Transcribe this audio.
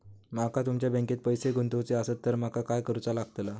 माका तुमच्या बँकेत पैसे गुंतवूचे आसत तर काय कारुचा लगतला?